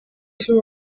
two